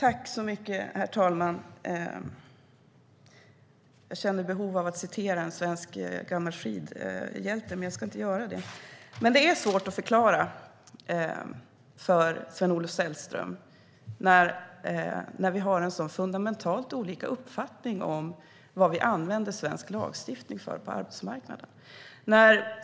Herr talman! Jag känner behov av att citera en gammal svensk skidhjälte, men jag ska inte göra det. Det är svårt att förklara för Sven-Olof Sällström när vi har så fundamentalt olika uppfattning om vad svensk lagstiftning används till på arbetsmarknaden.